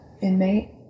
inmate